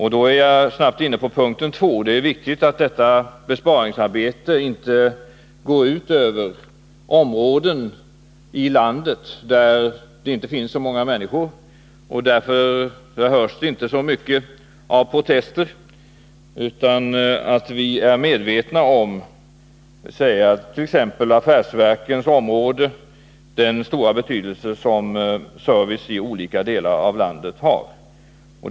Det är vidare viktigt att besparingsarbetet inte går ut över områden i landet där det inte finns så många människor och varifrån det därför inte hörs så mycket av protester. Vi måste vara medvetna om, exempelvis på affärsverkens område, den stora betydelse som service i olika delar av landet har.